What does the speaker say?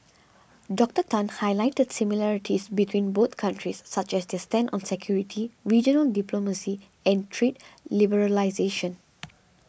Doctor Tan highlighted similarities between both countries such as their stand on security regional diplomacy and trade liberalisation